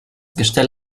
gestell